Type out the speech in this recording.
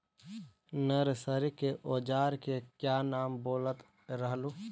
Nursery के ओजार के क्या नाम बोलत रहलू?